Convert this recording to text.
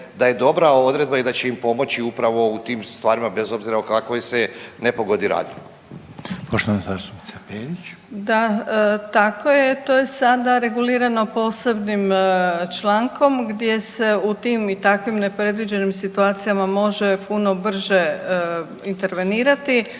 da je dobra odredba i da će im pomoći upravo u tim stvarima bez obzira o kakvoj se nepogodi radilo. **Reiner, Željko (HDZ)** Poštovana zastupnica Perić. **Perić, Grozdana (HDZ)** Da, tako je. To je sada regulirano posebnim člankom gdje se u tim i takvim nepredviđenim situacijama može puno brže intervenirati.